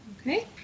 Okay